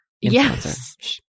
Yes